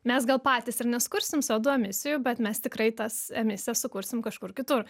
mes gal patys ir nesukursim co du emisijų bet mes tikrai tas emisijas sukursim kažkur kitur